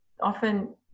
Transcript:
often